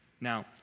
Now